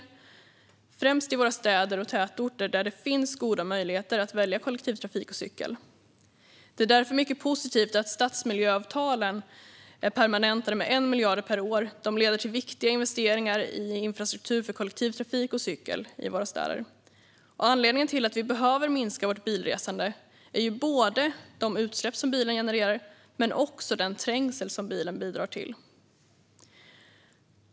Det gäller främst i våra städer och tätorter där det finns goda möjligheter att välja kollektivtrafik och cykel. Det är därför mycket positivt att stadsmiljöavtalen är permanentade med 1 miljard per år. De leder till viktiga investeringar i infrastruktur för kollektivtrafik och cykel i våra städer. Anledningen till att vi behöver minska vårt bilresande är både de utsläpp som bilen genererar och den trängsel som den bidrar till.